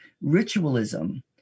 ritualism